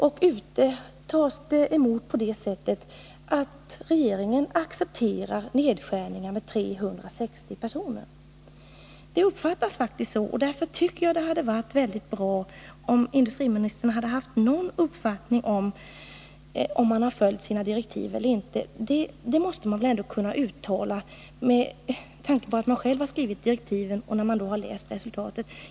Ute i landet tas det beskedet emot på det sättet att regeringen accepterar nedskärningar med 360 personer — det uppfattas faktiskt så. Därför tycker jag att det hade varit bra om industriministern hade haft någon uppfattning om huruvida man har följt sina direktiv eller inte. Det måste väl industriministern kunna uttala, med tanke på att han själv har skrivit direktiven och att han har läst resultatet.